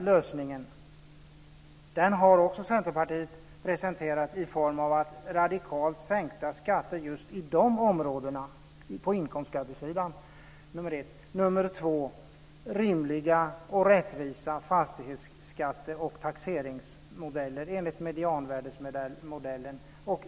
Lösningen har Centerpartiet presenterat i form av ett förslag om radikalt sänkta skatter på inkomstskattesidan just i de områdena. Det ska också vara rimliga och rättvisa fastighetsskatter och taxeringsvärden enligt medianvärdesmodellen.